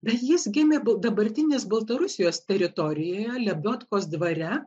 bet jis gimė dabartinės baltarusijos teritorijoje lebiotkos dvare